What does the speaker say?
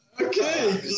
Okay